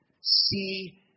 see